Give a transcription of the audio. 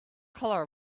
color